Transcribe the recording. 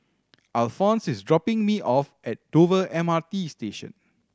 Alfonse is dropping me off at Dover M R T Station